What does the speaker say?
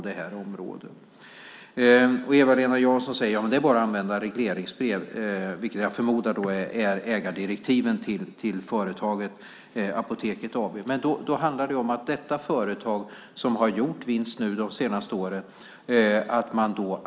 Det är bara att använda regleringsbrev, säger Eva-Lena Jansson, och jag förmodar att det är ägardirektiven till företaget Apoteket AB. Detta företag har gjort vinst de senaste åren.